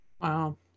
Wow